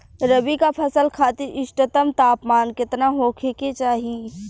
रबी क फसल खातिर इष्टतम तापमान केतना होखे के चाही?